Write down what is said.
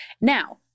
Now